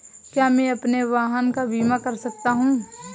क्या मैं अपने वाहन का बीमा कर सकता हूँ?